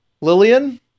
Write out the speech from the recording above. Lillian